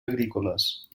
agrícoles